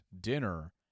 dinner